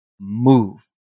move